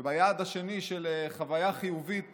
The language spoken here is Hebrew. ביעד השני של חוויה חיובית